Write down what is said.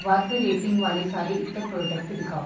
ਵੱਧ ਰੇਟਿੰਗ ਵਾਲੇ ਸਾਰੇ ਇਤਰ ਪ੍ਰੋਡਕਟ ਦਿਖਾਓ